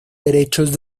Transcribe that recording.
derechos